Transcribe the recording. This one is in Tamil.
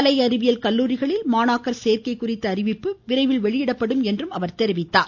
கலை அறிவியல் கல்லூரிகளில் மாணாக்கர் சேர்க்கை குறித்த அறிவிப்பு விரைவில் வெளியிடப்படும் என்றார்